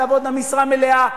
תעבודנה משרה מלאה,